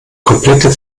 komplette